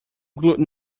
gluten